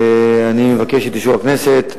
אני מבקש את אישור הכנסת.